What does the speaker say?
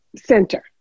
center